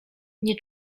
nie